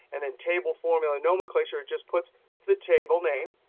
and in table formula nomenclature it just puts the table name,